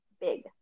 big